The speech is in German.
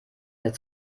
mehr